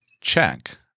check